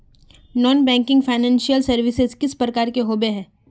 Non banking financial services किस प्रकार के होबे है?